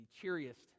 cheeriest